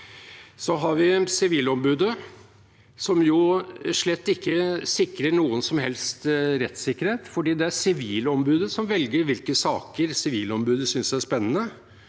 Så har vi Sivilombudet, som slett ikke sikrer noen som helst rettssikkerhet, for det er Sivilombudet som velger hvilke saker Sivilombudet synes er spennende.